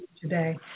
today